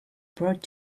brought